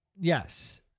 yes